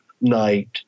night